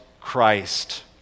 christ